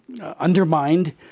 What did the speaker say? undermined